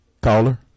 Caller